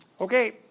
okay